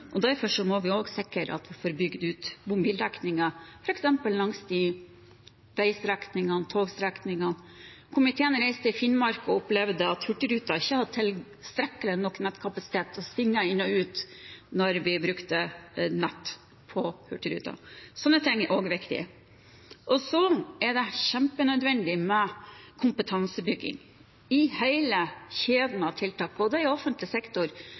mobil. Derfor må vi også sikre at vi får bygd ut mobildekningen, f.eks. langs vei- og togstrekninger. Komiteen reiste til Finnmark og opplevde at Hurtigruten ikke hadde tilstrekkelig nettkapasitet – den svingte inn og ut da vi brukte nettet på Hurtigruten. Sånne ting er også viktig. Og det er kjempenødvendig med kompetansebygging i hele kjeden av tiltak, også i offentlig sektor.